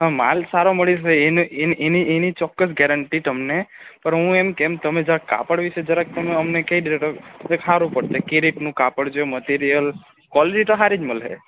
હ માલ સારો મળે છે એની એની એની ચોક્કસ ગેરંટી તમને પર હું એમ કેમ કે આ કાપડ વિશે જરાક તમે અમને કઈ દ્યો તો સારું પડશે કઈ રીતનું કાપડ કેવું મટીરીયલ ક્વોલિટી તો સારી જ મળશે